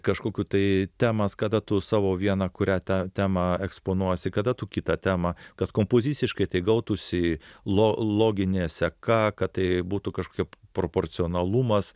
kažkokių tai temas kada tu savo vieną kurią tą temą eksponuosi kada tu kitą temą kad kompoziciškai tai gautųsi lo logine seka kad tai būtų kažkokia proporcionalumas